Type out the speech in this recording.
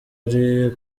ari